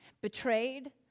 betrayed